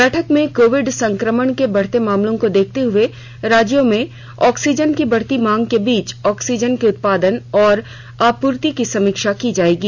बैठक में कोविड संक्रमण के बढ़ते मामलों को देखते हुए राज्यों में ऑक्सीजन की बढ़ती मांग के बीच ऑक्सीजन के उत्पाादन और आपूर्ति की समीक्षा की जाएगी